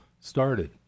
started